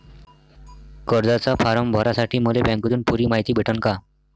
कर्जाचा फारम भरासाठी मले बँकेतून पुरी मायती भेटन का?